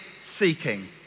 seeking